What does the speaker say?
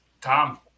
tom